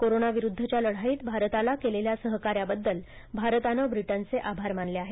corona विरुद्धच्या लढाईत भारताला केलेल्या सहकार्याबद्दल भारतानं ब्रिटनचे आभार मानले आहेत